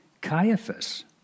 Caiaphas